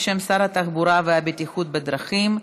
בשם שר התחבורה והבטיחות בדרכים,